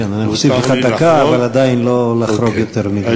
אני מוסיף לך דקה, אבל עדיין, לא לחרוג יותר מזה.